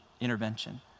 intervention